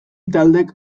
taldek